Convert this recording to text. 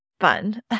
fun